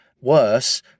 worse